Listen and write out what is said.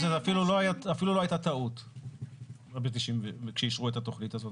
שאפילו לא הייתה טעות כשאישרו את התכנית הזאת.